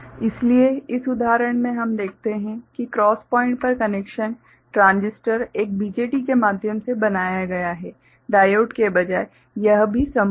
इसलिए इस उदाहरण में हम देखते हैं कि क्रॉस प्वाइंट पर कनेक्शन ट्रांजिस्टर एक BJT के माध्यम से बनाया गया है डायोड के बजाय यह भी संभव है